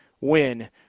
win